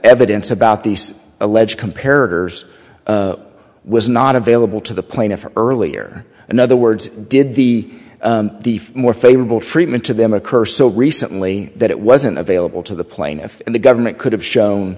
evidence about these alleged compared was not available to the plaintiff earlier in other words did the more favorable treatment to them occur so recently that it wasn't available to the plaintiff and the government could have shown